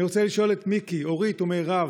אני רוצה לשאול את מיקי, אורית ומירב: